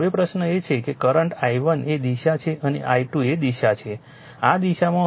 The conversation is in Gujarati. હવે પ્રશ્ન એ છે કે કરંટ i1 એ દિશા છે અને i2 એ દિશા છે આ દિશામાં છે